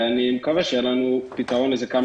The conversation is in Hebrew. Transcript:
אני מקווה שיהיה לנו פתרון לזה כמה